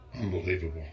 Unbelievable